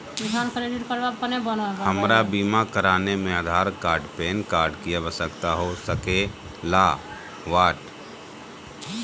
हमरा बीमा कराने में आधार कार्ड पैन कार्ड की आवश्यकता हो सके ला?